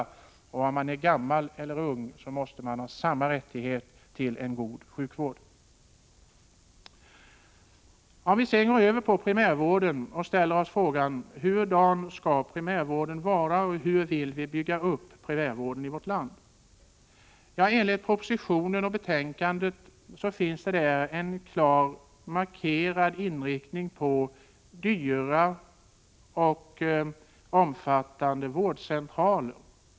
Oavsett om man är gammal eller ung måste man ha rättighet till en god sjukvård. Jag går därefter över till att tala om primärvården och ställer frågan: Hur skall primärvården vara och hur vill vi bygga upp den i vårt land? Propositionen och betänkandet visar en klart markerad inriktning mot dyra och stora vårdcentraler.